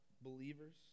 believers